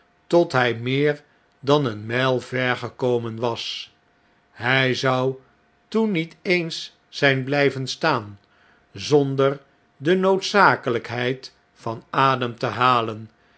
tot hjj meer dan een mijl ver gekomen was hjj zou toen niet eens zfln blijven staan zonder de noodzakelpheid van adem te halen